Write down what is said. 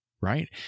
right